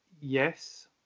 Yes